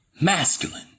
masculine